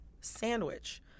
sandwich